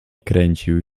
kręcił